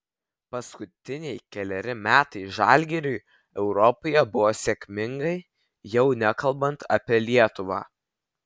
paskutiniai keleri metai žalgiriui europoje buvo sėkmingai jau nekalbant apie lietuvą